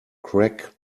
crack